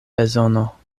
bezono